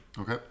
Okay